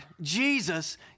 Jesus